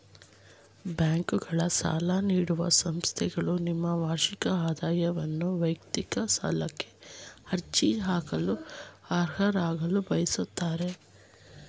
ಬ್ಯಾಂಕ್ಗಳು ಸಾಲ ನೀಡುವ ಸಂಸ್ಥೆಗಳು ನಿಮ್ಮ ವಾರ್ಷಿಕ ಆದಾಯವನ್ನು ವೈಯಕ್ತಿಕ ಸಾಲಕ್ಕೆ ಅರ್ಜಿ ಹಾಕಲು ಅರ್ಹರಾಗಲು ಬಯಸುತ್ತೆ